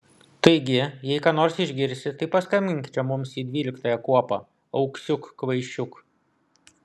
taigi jei ką nors išgirsi tai paskambink čia mums į dvyliktąją kuopą auksiuk kvaišiuk